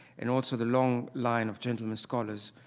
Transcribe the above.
and also the long line of gentlemen scholars,